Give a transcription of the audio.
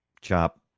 chop